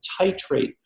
titrate